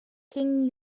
king